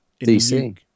DC